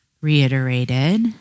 reiterated